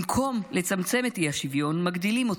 במקום לצמצם את האי-שוויון מגדילים אותו.